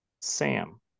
Sam